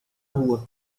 rua